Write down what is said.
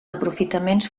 aprofitaments